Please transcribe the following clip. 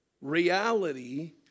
reality